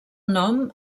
nom